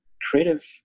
creative